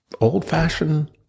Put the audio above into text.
old-fashioned